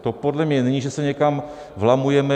To podle mě není, že se někam vlamujeme.